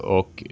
och